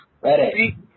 Ready